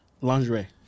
Lingerie